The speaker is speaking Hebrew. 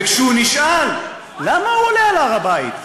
וכשהוא נשאל למה הוא עולה להר-הבית,